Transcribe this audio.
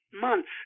months